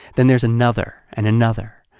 then there's another, and another.